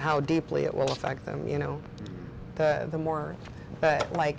how deeply it will affect them you know the more but like